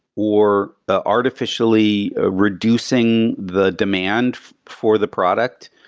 or ah artificially ah reducing the demand for the product,